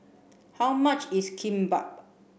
how much is Kimbap